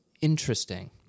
interesting